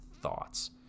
thoughts